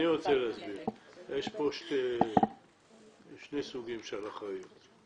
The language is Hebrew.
יש פה שני סוגים של אחריות.